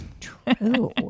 True